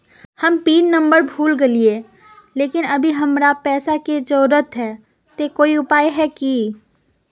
हम pin number भूल गेलिये लेकिन अभी हमरा पैसा के जरुरत है ते कोई उपाय है की?